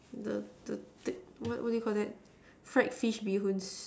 the the thick what what do you Call that fried fish bee-hoon